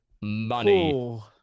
money